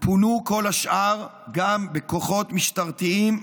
פונו כל השאר, גם בכוחות משטרתיים,